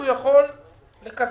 הוא יכול לקזז